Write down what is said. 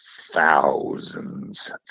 thousands